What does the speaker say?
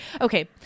Okay